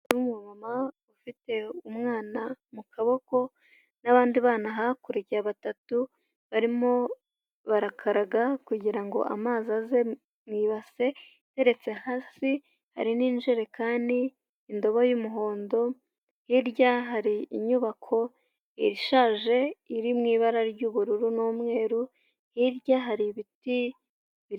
Ufite umwana mu kaboko n'abandi bana hakurya batatu barimo barakaraga kugira ngo amazi aze mu ibase iteretse hasi hari n'injerekani indobo y'umuhondo hirya hari inyubako ishaje iri mu ibara ry'ubururu n'umweru hirya hari ibiti.